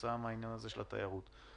בגלל עניין התיירות.